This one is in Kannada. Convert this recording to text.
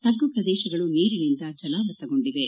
ತಗ್ಗು ಪ್ರದೇಶಗಳು ನೀರಿನಿಂದ ಜಲಾವೃತಗೊಂಡಿವೆ